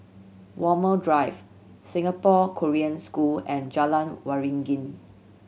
Walmer Drive Singapore Korean School and Jalan Waringin